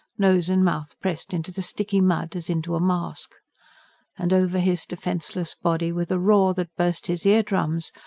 nose and mouth pressed into the sticky mud as into a mask and over his defenceless body, with a roar that burst his ear-drums,